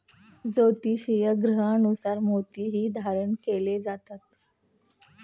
ज्योतिषीय ग्रहांनुसार मोतीही धारण केले जातात